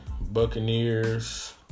Buccaneers